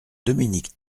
dominique